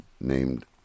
named